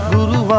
Guru